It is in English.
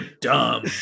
dumb